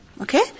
Okay